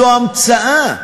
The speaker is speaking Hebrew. זו המצאה.